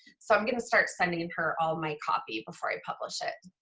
so i'm gonna start sending her all my copy before i publish it.